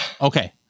Okay